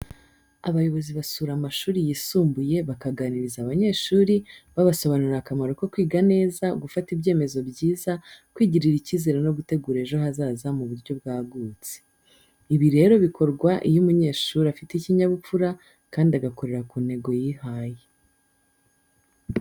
Abayobozi basura amashuri yisumbuye bakaganiriza abanyeshuri, babasobanurira akamaro ko kwiga neza, gufata ibyemezo byiza, kwigirira icyizere no gutegura ejo hazaza mu buryo bwagutse. Ibi rero bikorwa iyo umunyeshuri afite ikinyabupfura, kandi agakorera ku ntego yihaye.